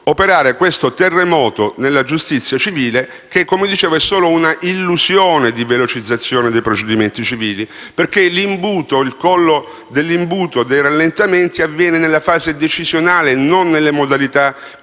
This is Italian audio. operare questo terremoto nella giustizia civile che, come ho detto, è solo un'illusione di velocizzazione dei procedimenti civili. Infatti, il collo dell'imbuto e i rallentamenti avvengono nella fase decisionale e non nelle modalità con cui